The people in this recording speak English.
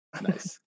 Nice